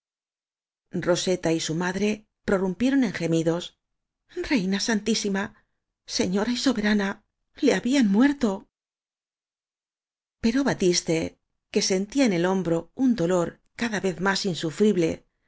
roseta y su madre prorrumpieron en ge midos reina santísima señora y soberana le habían muerto pero batiste que sentía en el hombro un dolor cada vez más insufrible